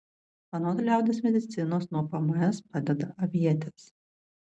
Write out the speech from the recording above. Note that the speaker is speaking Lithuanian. anot liaudies medicinos nuo pms padeda avietės